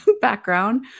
background